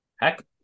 Heck